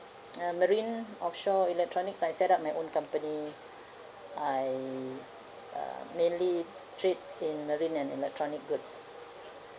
uh marine offshore electronics I set up my own company I uh mainly trade in marine and electronic goods